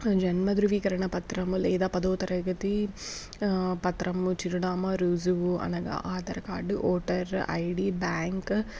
జన్మధృవీకరణ పత్రము లేదా పదవ తరగతి పత్రము చిరునామా రుజువు అనగా Aadhaar card voter I D bank